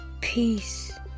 peace